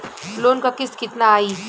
Loan क किस्त कितना आई?